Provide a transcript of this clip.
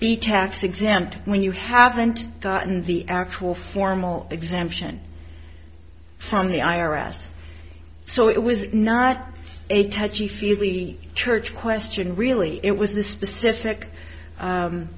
be tax exempt when you haven't gotten the actual formal exemption from the i r s so it was not a touchy feely church question really it was a specific